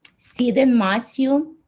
sid and matthew,